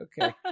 okay